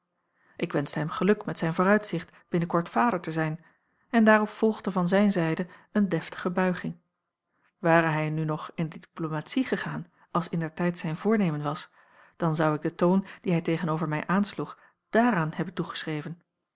ik wenschte hem geluk met zijn vooruitzicht binnen kort vader te zijn en daarop volgde van zijne zijde een deftige buiging ware hij nu nog in de diplomatie gegaan als indertijd zijn voornemen was dan zou ik den toon dien hij tegen-over mij aansloeg daaraan hebben